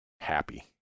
happy